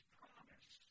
promise